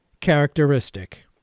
characteristic